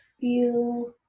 feel